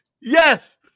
Yes